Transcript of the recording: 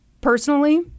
Personally